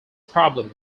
problem